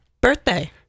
birthday